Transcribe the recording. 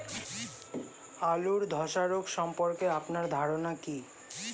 আলু ধ্বসা রোগ সম্পর্কে আপনার ধারনা কী?